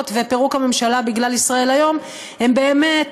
ופירוק הממשלה בגלל "ישראל היום" באמת,